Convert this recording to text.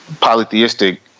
polytheistic